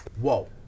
whoa